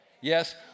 Yes